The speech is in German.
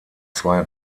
zwei